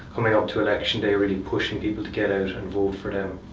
coming out to election day, really pushing people to get out and vote for them,